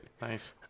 Nice